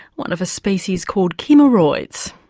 one of a species call chimeroids.